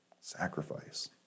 sacrifice